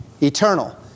eternal